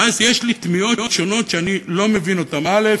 ואז יש לי תמיהות שונות, שאני לא מבין אותן: א.